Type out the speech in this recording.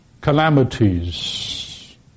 calamities